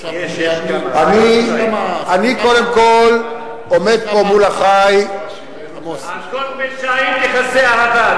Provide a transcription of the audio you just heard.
אני קודם כול עומד פה מול אחי על כל פשעים תכסה אהבה,